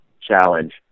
challenge